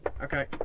okay